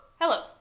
Hello